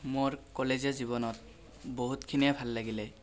মোৰ কলেজীয়া জীৱনত বহুতখিনিয়ে ভাল লাগিলে